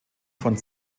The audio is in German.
von